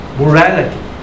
morality